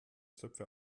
zöpfe